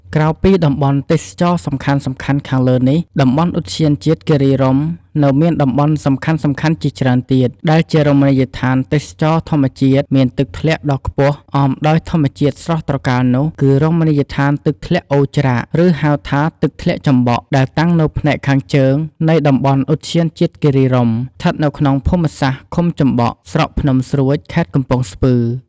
ក្រៅពីតំបន់ទេសចរណ៍សំខាន់ៗខាងលើនេះតំបន់ឧទ្យានជាតិគិរីរម្យ នៅមានតំបន់សំខាន់ៗជាច្រើនទៀត ដែលជារមណីយដ្ឋានទេសចរណ៍ធម្មជាតិមានទឹកធ្លាក់ដ៏ខ្ពស់អមដោយធម្មជាតិស្រស់ត្រកាលនោះ គឺរមណីយដ្ឋានទឹកធ្លាក់អូរច្រាក ឬហៅថា ទឹកធ្លាក់ចំបក់ ដែលតាំងនៅផ្នែកខាងជើងនៃតំបន់ឧទ្យានជាតិគិរីរម្យ ស្ថិតនៅក្នុងភូមិសាស្ត្រឃុំចំបក់ ស្រុកភ្នំស្រួច ខេត្តកំពង់ស្ពឺ។